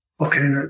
Okay